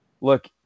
look